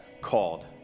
called